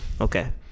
Okay